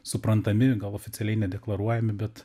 suprantami gal oficialiai nedeklaruojami bet